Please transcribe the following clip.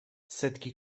setki